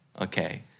Okay